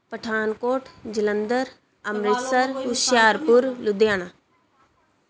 Pathankot Jalandhar Amritsar Hoshiarpur Ludhiana